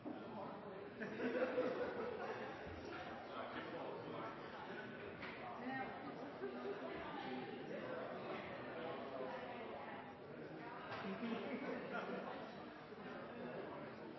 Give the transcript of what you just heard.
elementer, men det er